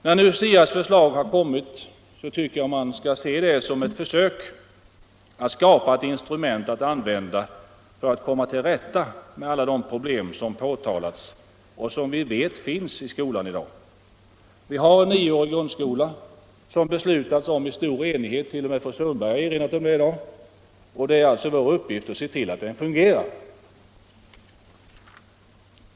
När nu SIA:s förslag kommit tycker jag man skall se det som ett försök att skapa ett instrument för att komma till rätta med de problem som påtalats och som vi vet finns i skolan i dag. Vi har en nioårig grundskola som vi beslutade om i stor enighet, vilket till och med fru Sundberg i dag har erinrat om. Det är vår uppgift att se till att den fungerar.